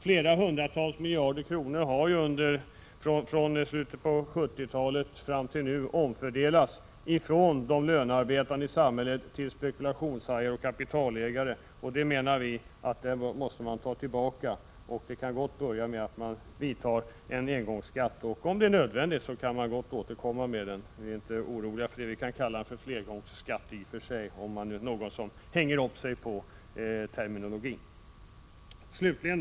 Från slutet av 1970-talet och fram till nu har hundratals miljarder kronor omfördelats ifrån de lönearbetande i samhället till spekulationshajar och kapitalägare. Vi menar att man måste ta tillbaka det, och det kan gott börja med att man inför en engångsskatt. Om det blir nödvändigt kan man gott återkomma med en sådan skatt, det är vi inte oroliga för. Vi kan i och för sig kalla den för flergångsskatt, om det är någon som hänger upp sig på terminologin.